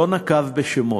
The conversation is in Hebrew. לא נקב בשמות.